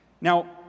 Now